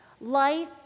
life